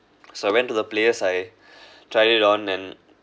so I went to the place I tried it on and